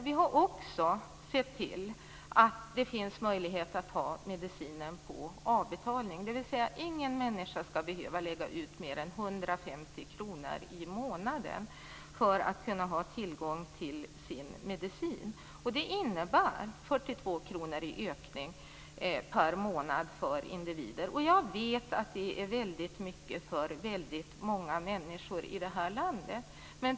Vi har också sett till att det finns möjlighet att betala medicinen på avbetalning. Ingen människa skall behöva lägga ut mer än 150 kr i månaden för att få tillgång till sin medicin. Det innebär en ökning på 42 kr per månad för individer. Jag vet att det är väldigt mycket för väldigt många människor i detta land.